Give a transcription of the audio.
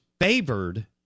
favored